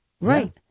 Right